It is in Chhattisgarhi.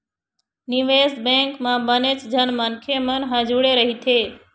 निवेश बेंक म बनेच झन मनखे मन ह जुड़े रहिथे